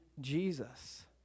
Jesus